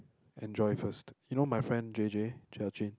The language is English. enjoy first you know my friend J_J Jia-Jun